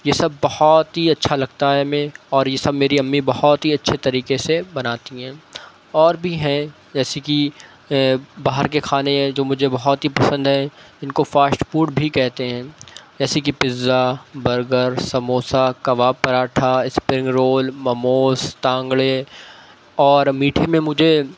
یہ سب بہت ہی اچھا لگتا ہے ہمیں اور یہ سب میری امی بہت ہی اچھے طریقے سے بناتی ہیں اور بھی ہیں جیسے کہ باہر کے کھانے ہیں جو مجھے بہت ہی پسند ہیں جن کو فاسٹ فوڈ بھی کہتے ہیں جیسے کہ پزا برگر سموسہ کباب پراٹھا اسپرنگ رول مموز ٹانگڑے اور میٹھے میں مجھے